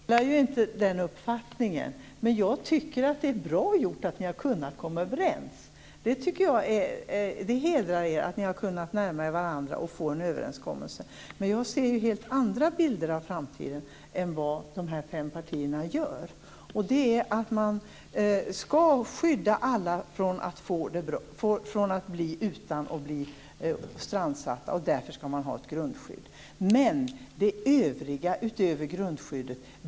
Fru talman! Jag delar inte den uppfattningen men jag tycker att det är bra gjort av er att kunna komma överens. Det hedrar er att ni har kunnat närma er varandra och få till stånd en överenskommelse. Men jag ser helt andra bilder av framtiden än de fem partierna gör, och det är att man skall skydda alla från att bli utan, från att bli strandsatta. Därför skall man ha ett grundskydd. Men sedan har vi övriga, utan grundskydd.